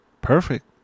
Perfect